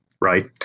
right